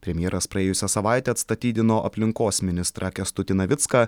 premjeras praėjusią savaitę atstatydino aplinkos ministrą kęstutį navicką